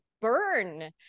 burn